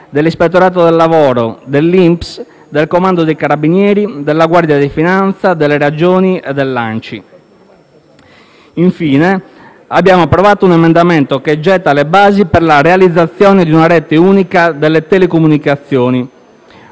dell'ispettorato del lavoro, dell'INPS, del Comando dei carabinieri, della Guardia di finanza, delle Regioni e dell'ANCI. Infine, abbiamo approvato un emendamento che getta le basi per la realizzazione di una rete unica delle telecomunicazioni.